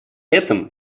этом